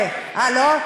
חבר'ה, לא, אה, לא?